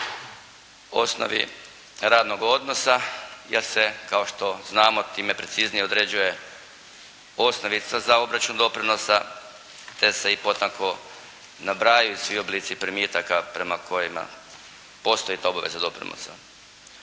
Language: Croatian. osnovi radnog odnosa, jer se kao što znamo time preciznije određuje osnovica za obračun doprinosa, te se i potanko nabrajaju svi oblici primitaka prema kojima postoji ta obaveza doprinosa.